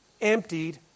emptied